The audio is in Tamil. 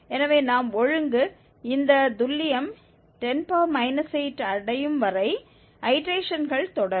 எனவே நாம் ஒழுங்கு இந்த துல்லியம் 10 8 அடையும் வரை ஐடேரேஷன்கள் தொடரும்